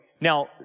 Now